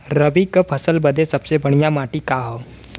रबी क फसल बदे सबसे बढ़िया माटी का ह?